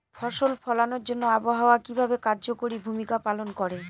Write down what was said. ফসল ফলানোর জন্য আবহাওয়া কিভাবে কার্যকরী ভূমিকা পালন করে?